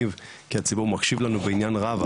הציבור מקשיב לנו בעניין רב,